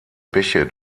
bäche